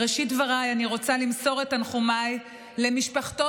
בראשית דבריי אני רוצה למסור את תנחומיי למשפחתו